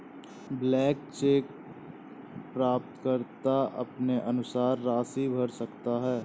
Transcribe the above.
blank cheque प्राप्तकर्ता अपने अनुसार राशि भर सकता है